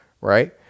right